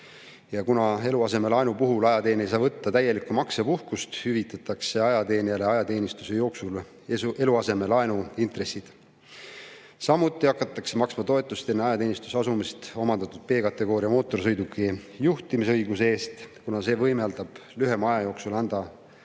Ja kuna eluasemelaenu puhul ajateenija ei saa võtta täielikku maksepuhkust, hüvitatakse ajateenijale ajateenistuse jooksul eluasemelaenu intressid. Samuti hakatakse maksma toetust enne ajateenistusse asumist omandatud B-kategooria mootorsõiduki juhtimisõiguse eest, kuna see võimaldab lühema aja jooksul anda